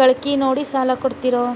ಗಳಿಕಿ ನೋಡಿ ಸಾಲ ಕೊಡ್ತಿರೋ?